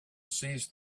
seized